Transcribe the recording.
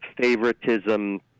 favoritism